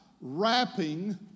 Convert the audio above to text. wrapping